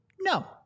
no